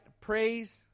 praise